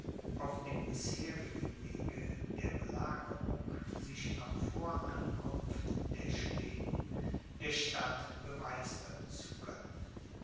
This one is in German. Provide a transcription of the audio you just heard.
auf dem bisherigen wege der belagerung sich noch vor ankunft der schweden der stadt bemeistern zu können